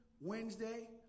Wednesday